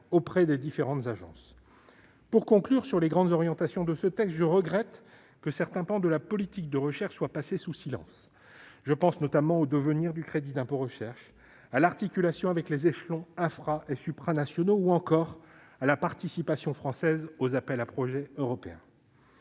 auprès des différentes agences. Pour conclure sur les grandes orientations de ce texte, je regrette que certains pans de la politique de recherche soient passés sous silence. Je pense notamment au devenir du crédit d'impôt recherche, à l'articulation avec les échelons infranationaux et supranationaux, ou encore à la participation française aux appels à projets européens.